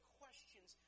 questions